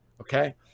Okay